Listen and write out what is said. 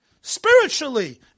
spiritually